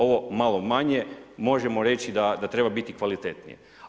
Ovo malo manje možemo reći da treba biti kvalitetnije.